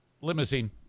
Limousine